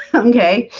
okay.